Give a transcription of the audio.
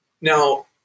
Now